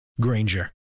Granger